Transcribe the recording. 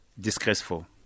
disgraceful